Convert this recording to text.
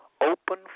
open